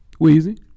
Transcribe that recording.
Weezy